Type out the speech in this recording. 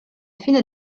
fine